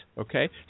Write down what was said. okay